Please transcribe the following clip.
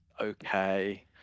okay